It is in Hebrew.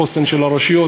לחוסן של הרשויות,